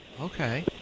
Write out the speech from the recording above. Okay